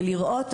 ולראות,